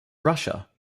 russia